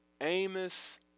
Amos